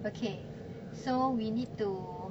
okay so we need to